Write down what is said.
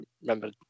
remember